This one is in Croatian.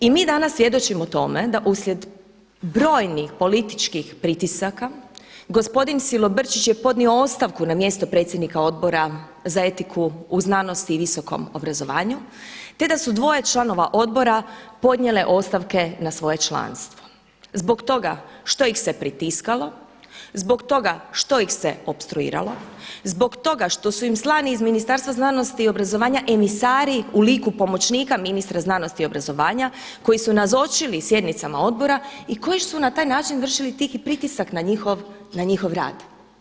I mi danas svjedočimo tome da uslijed brojnih političkih pritisaka, gospodin Silobrčić je podnio ostavku na mjesto predsjednika Odbora za etiku u znanosti i visokom obrazovanju, te da su dvoje članova odbora podnijele ostavke na svoje članstvo, zbog toga što ih se pritiskalo, zbog toga što ih se opstruiralo, zbog toga što su im slani iz Ministarstva znanosti i obrazovanja emisari u liku pomoćnika ministra znanosti i obrazovanja koji su nazočili sjednicama odbora i koji su na taj način vršili tihi pritisak na njihov rad.